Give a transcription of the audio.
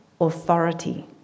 authority